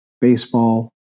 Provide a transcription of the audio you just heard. baseball